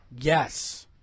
Yes